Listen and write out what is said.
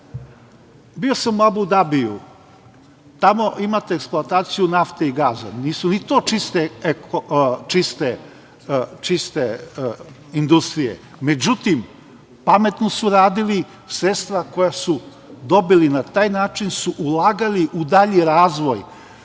bio sam u Abu Dabiju, tamo imate eksploataciju nafte i gasa, nisu ni to čiste industrije. Međutim, pametno su uradili, sredstva koja su dobili na taj način su ulagali u dalji razvoj,